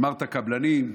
אמרת קבלנים,